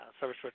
service